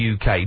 UK